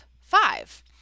five